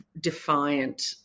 defiant